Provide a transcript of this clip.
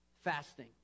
Fasting